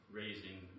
raising